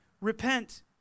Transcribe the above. Repent